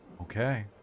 Okay